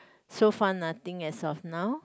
so far nothing as of now